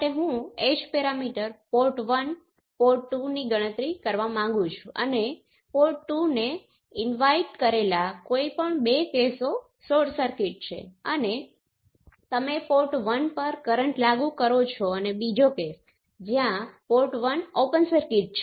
એ જ રીતે z12 અને z21 એકબીજાની સમાન છે અને જો તમે અન્ય બે પેરામિટર જુઓ તો h12 અને h21 બરાબર નથી પરંતુ h21 એ h21 બરાબર છે